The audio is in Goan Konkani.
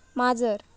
माजर